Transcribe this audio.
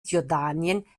jordanien